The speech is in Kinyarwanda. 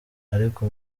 ariko